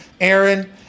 Aaron